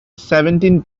seventeen